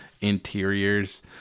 interiors